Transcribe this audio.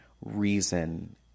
reason